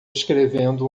escrevendo